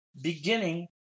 beginning